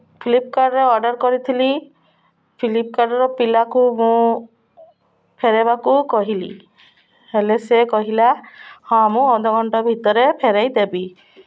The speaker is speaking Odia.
ଫ୍ଲିପକାର୍ଟରେ ଅର୍ଡ଼ର୍ କରିଥିଲି ଫ୍ଲିପକାର୍ଟର ପିଲାକୁ ମୁଁ ଫେରାଇବାକୁ କହିଲି ହେଲେ ସେ କହିଲା ହଁ ମୁଁ ଅଧଘଣ୍ଟା ଭିତରେ ଫେରାଇ ଦେବି